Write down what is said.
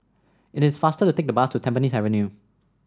it is faster to take the bus to Tampines Avenue